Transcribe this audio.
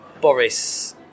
Boris